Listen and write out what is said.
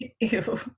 Ew